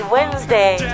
Wednesday